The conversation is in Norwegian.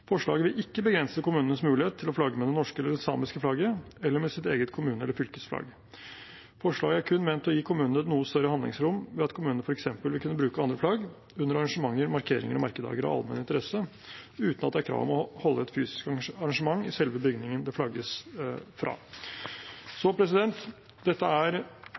Forslaget vil ikke begrense muligheten kommunene har til å flagge med det norske eller det samiske flagget, eller med sitt eget kommune- eller fylkesflagg. Forslaget er kun ment å gi kommunene et noe større handlingsrom ved at kommunene f.eks. vil kunne bruke andre flagg under arrangementer, markeringer og merkedager av allmenn interesse, uten at det er krav om å holde et fysisk arrangement i selve bygningen det flagges fra. Så dette er